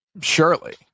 surely